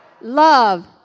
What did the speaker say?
love